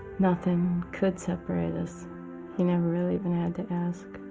nothing could separate us he never really even had to ask